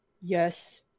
Yes